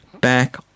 back